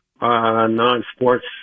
non-sports